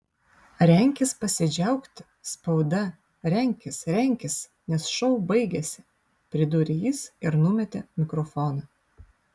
renkis pasidžiaugti spauda renkis renkis nes šou baigėsi pridūrė jis ir numetė mikrofoną